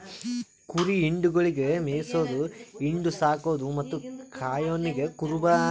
ಕುರಿ ಹಿಂಡುಗೊಳಿಗ್ ಮೇಯಿಸದು, ಹಿಂಡು, ಸಾಕದು ಮತ್ತ್ ಕಾಯೋನಿಗ್ ಕುರುಬ ಅಂತಾರ